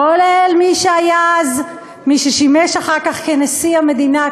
כולל מי ששימש אחר כך נשיא המדינה,